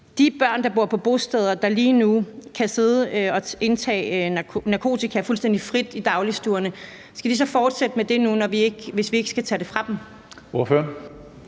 de børn, der bor på bosteder, og som lige nu kan sidde og indtage narkotika fuldstændig frit i dagligstuerne, så fortsætte med det nu, hvis vi ikke skal tage det fra dem? Kl.